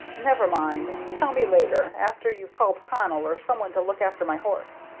never mind tell me later, after you've called connell or some one to look after my horse.